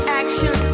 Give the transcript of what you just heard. action